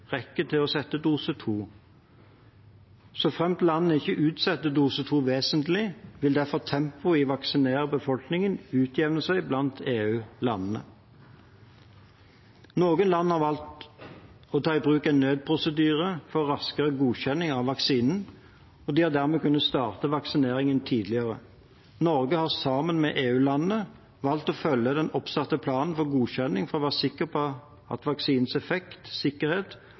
til å sette dose 2. Såframt landene ikke utsetter dose 2 vesentlig, vil derfor tempoet i å vaksinere befolkningen utjevne seg blant EU-landene. Noen land har valgt å ta i bruk en nødprosedyre for raskere godkjenning av vaksiner, og de har dermed kunnet starte vaksineringen tidligere. Norge har sammen med EU-landene valgt å følge den oppsatte planen for godkjenning for å være sikker på at vaksinenes effekt, sikkerhet